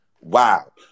wow